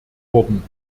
worden